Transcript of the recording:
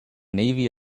navy